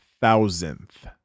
thousandth